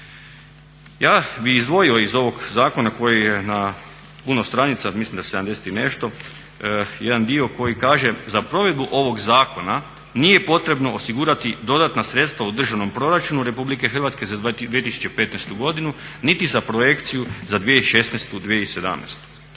Ja bih izdvojio iz ovog zakona koji je na puno stranica, mislim 70 i nešto jedan dio koji kaže "Za provedbu ovog zakona nije potrebno osigurati dodatna sredstva u državnom proračunu RH za 2015.godinu niti za projekciju za 2016., 2017." Još